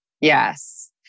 Yes